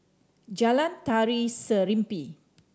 Jalan Tari Serimpi